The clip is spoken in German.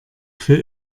für